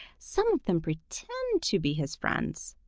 some of them pretend to be his friends,